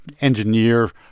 engineer